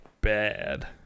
bad